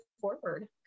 forward